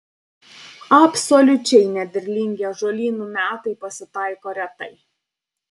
absoliučiai nederlingi ąžuolynų metai pasitaiko retai